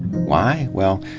why? well,